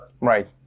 Right